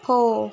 போ